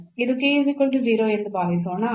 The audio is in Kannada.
ಇದು ಎಂದು ಭಾವಿಸೋಣ